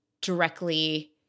directly